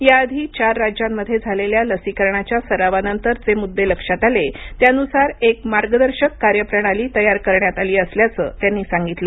या आधी चार राज्यांमध्ये झालेल्या लसीकरणाच्या सरावानंतर जे मुद्दे लक्षात आले त्यानुसार एक मार्गदर्शक कार्यप्रणाली तयार करण्यात आली असल्याचं त्यांनी सांगितलं